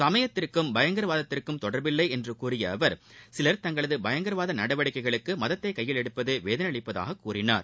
சமயத்திற்கும் பயங்கரவாதத்திற்கும் தொடர்பில்லை என்று கூறிய அவர் சிலர் தங்களது பயங்கரவாத நடவடிக்கைகளுக்கு மதத்தை கையில் எடுப்பது வேதனையளிப்பதாக கூறினார்